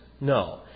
No